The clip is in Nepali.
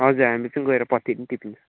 हजुर हामी चाहिँ गएर पत्ती नै टिप्ने